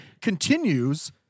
Continues